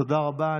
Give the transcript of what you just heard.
תודה רבה.